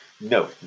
No